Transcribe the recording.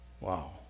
Wow